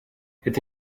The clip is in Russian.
это